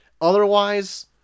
Otherwise